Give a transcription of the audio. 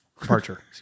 Departure